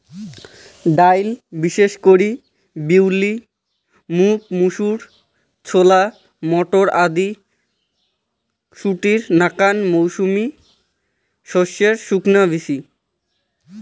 ডাইল বিশেষ করি বিউলি, মুগ, মুসুর, ছোলা, মটর আদি শুটির নাকান মৌসুমী শস্যের শুকান বীচি